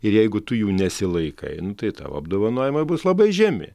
ir jeigu tu jų nesilaikai nu tai tavo apdovanojimai bus labai žemi